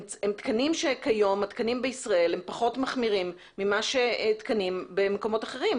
כיום התקנים בישראל פחות מחמירים מתקנים במקומות אחרים.